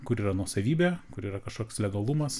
kur yra nuosavybė kuri yra kažkoks legalumas